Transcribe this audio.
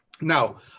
Now